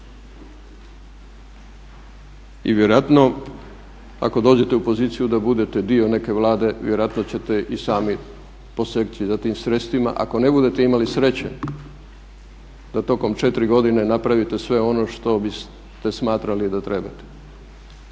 I vjerojatno ako dođete u poziciju da budete dio neke Vlade vjerojatno ćete i sami poseći za tim sredstvima. Ako ne budete imali sreće da tokom četiri godine napravite sve ono što biste smatrali da treba.